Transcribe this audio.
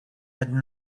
had